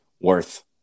worth